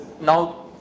now